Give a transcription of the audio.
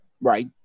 right